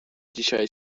dzisiaj